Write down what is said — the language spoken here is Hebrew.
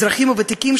האזרחים הוותיקים,